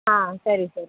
ಹಾಂ ಸರಿ ಸರಿ